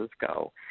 go